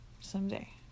someday